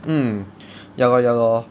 mm ya lor ya lor